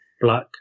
black